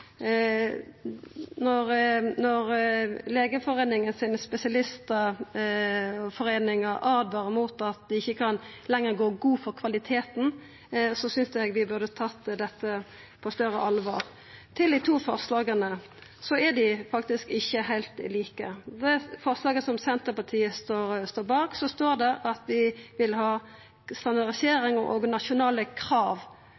Når Legeforeningens spesialistar åtvarar om at dei ikkje lenger kan gå gode for kvaliteten, synest eg vi burde tatt dette på større alvor. Til dei to forslaga: Dei er faktisk ikkje heilt like. I forslaget som Senterpartiet står bak, står det at vi vil ha